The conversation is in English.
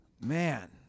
Man